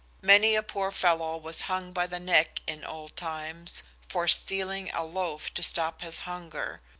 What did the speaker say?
many a poor fellow was hung by the neck in old times for stealing a loaf to stop his hunger,